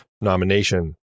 nomination